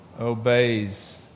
obeys